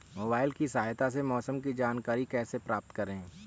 Mobile की सहायता से मौसम की जानकारी कैसे प्राप्त करें?